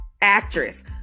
actress